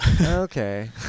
okay